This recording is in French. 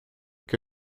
que